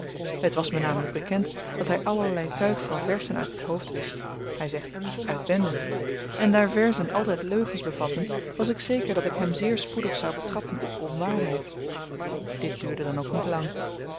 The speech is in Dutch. het was me namelyk bekend dat hy allerlei tuig van verzen uit het hoofd wist hy zegt uitwendig en daar verzen altyd leugens bevatten was ik zeker dat ik hem zeer spoedig zou betrappen op onwaarheid dit duurde dan ook niet lang